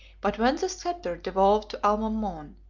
but when the sceptre devolved to almamon,